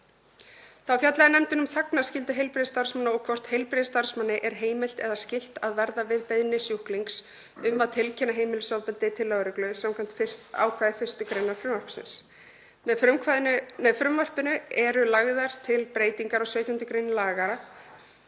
Þá fjallaði nefndin um þagnarskyldu heilbrigðisstarfsmanna og hvort heilbrigðisstarfsmanni er heimilt eða skylt að verða við beiðni sjúklings um að tilkynna heimilisofbeldi til lögreglu samkvæmt ákvæði 1. gr. frumvarpsins. Með frumvarpinu eru lagðar til breytingar á 17. gr. laganna.